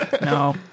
no